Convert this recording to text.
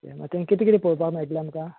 यें मात तें कितें कितें पळोवपा मेळटलें आमकां